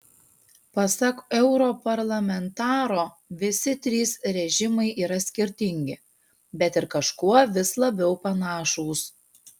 pasak europarlamentaro visi trys režimai yra skirtingi bet ir kažkuo vis labiau panašūs